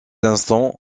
instant